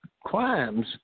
crimes